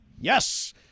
Yes